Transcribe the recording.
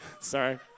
Sorry